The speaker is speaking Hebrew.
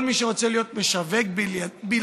כל מי שרוצה להיות משווק בלעדי,